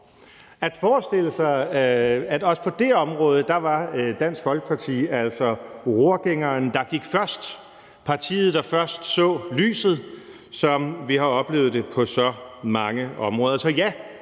forestillet sig, at også på det område var Dansk Folkeparti rorgængeren, der gik først – partiet, der først så lyset – som vi har oplevet det på så mange områder.